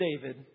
David